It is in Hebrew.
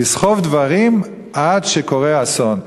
לסחוב דברים עד שקורה אסון.